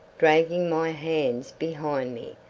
dragging my hands behind me,